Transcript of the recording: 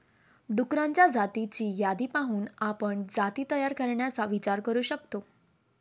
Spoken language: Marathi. डुक्करांच्या जातींची यादी पाहून आपण जाती तयार करण्याचा विचार करू शकतो